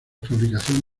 fabricación